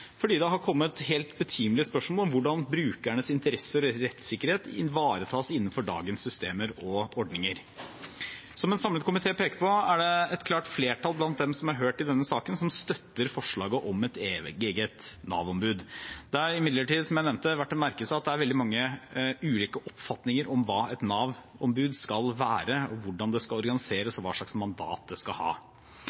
fordi det er kommet helt betimelige spørsmål om hvordan brukernes interesser og rettssikkerhet ivaretas innenfor dagens systemer og ordninger. Som en samlet komité peker på, er det et klart flertall blant dem som er hørt i denne saken, som støtter forslaget om et eget Nav-ombud. Det er imidlertid, som jeg nevnte, verdt å merke seg at det er veldig mange ulike oppfatninger om hva et Nav-ombud skal være, hvordan det skal organiseres, og hva slags mandat det skal